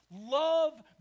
love